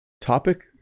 topic